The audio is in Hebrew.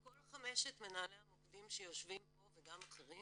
כל חמשת מנהלי המוקדים שיושבים פה וגם אחרים